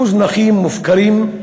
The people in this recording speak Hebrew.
מוזנחים, מופקרים,